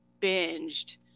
binged